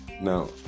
Now